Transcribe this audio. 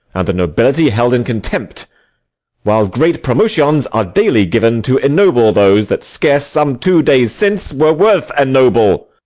and the nobility held in contempt while great promotions are daily given to ennoble those that scarce, some two days since, were worth a noble.